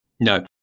No